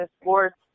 sports